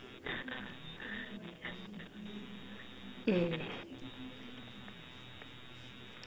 eh